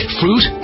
fruit